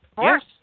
Yes